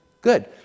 good